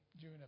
June